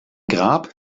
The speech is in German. grab